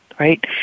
right